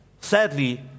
Sadly